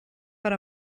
per